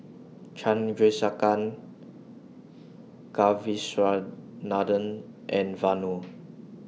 Chandrasekaran Kasiviswanathan and Vanu